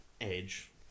Edge